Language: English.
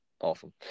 Awesome